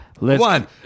one